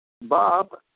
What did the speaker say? Bob